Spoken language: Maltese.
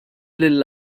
lil